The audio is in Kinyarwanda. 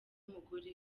umugore